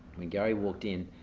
when gary walked in,